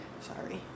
Sorry